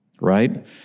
right